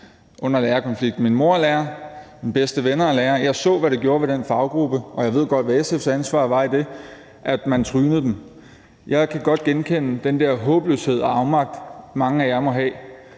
under lærerkonflikten. Min mor er lærer, mine bedste venner er lærere. Jeg så, hvad det gjorde ved den faggruppe – og jeg ved godt, hvad SF's ansvar var i det – at man trynede dem. Jeg kan godt genkende den der håbløshed og afmagt, mange af jer må have.